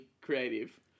creative